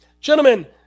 Gentlemen